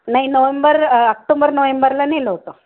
नाही November October नोव्हेंबरला नेलं होतं